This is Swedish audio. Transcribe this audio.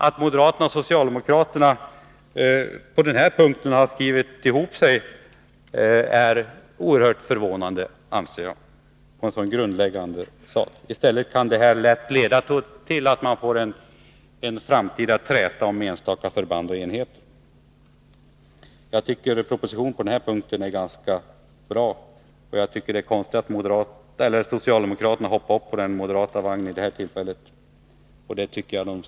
Att moderaterna och socialdemokraterna har skrivit ihop sig om en så grundläggande sak är enligt min mening oerhört förvånande. I stället kan det här lätt leda till en framtida träta om enstaka förband och enheter. Jag tycker att propositionen på den här punkten är ganska bra. Det är konstigt att socialdemokraterna har hoppat upp på den moderata vagnen vid det här tillfället.